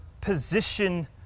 position